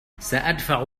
سأدفع